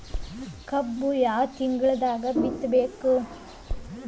ಕಬ್ಬು ಯಾವ ತಿಂಗಳದಾಗ ಬಿತ್ತಬೇಕು?